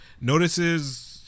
Notices